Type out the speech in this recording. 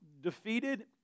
defeated